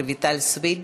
רויטל סויד.